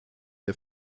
der